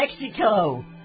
Mexico